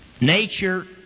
Nature